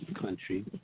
country